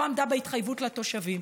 לא עמדה בהתחייבות לתושבים.